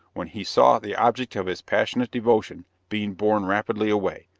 when he saw the object of his passionate devotion being borne rapidly away.